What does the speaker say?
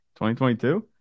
2022